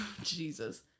Jesus